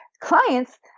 clients